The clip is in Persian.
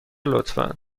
لطفا